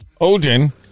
Odin